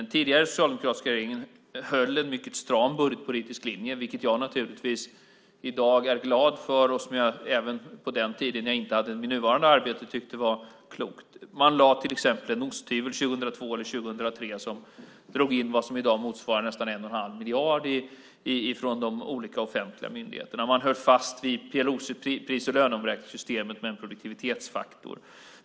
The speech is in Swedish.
Den tidigare socialdemokratiska regeringen höll en mycket stram budgetpolitisk linje, något som jag naturligtvis i dag är glad för och som jag även på den tiden då jag inte hade mitt nuvarande arbete tyckte var klokt. Man lade till exempel år 2002 eller 2003 fram en osthyvel och drog in vad som motsvarar nästan 1 1⁄2 miljard från de olika offentliga myndigheterna. Man höll fast vid pris och löneomräkningssystemet med en produktivitetsfaktor.